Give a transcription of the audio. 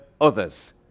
others